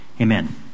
Amen